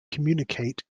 communicate